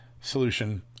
solution